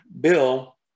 bill